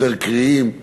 יותר קריאים.